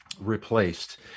Replaced